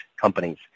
companies